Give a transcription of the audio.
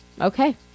Okay